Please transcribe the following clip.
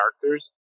characters